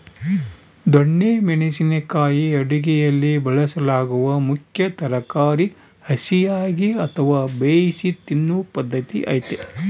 ದೊಣ್ಣೆ ಮೆಣಸಿನ ಕಾಯಿ ಅಡುಗೆಯಲ್ಲಿ ಬಳಸಲಾಗುವ ಮುಖ್ಯ ತರಕಾರಿ ಹಸಿಯಾಗಿ ಅಥವಾ ಬೇಯಿಸಿ ತಿನ್ನೂ ಪದ್ಧತಿ ಐತೆ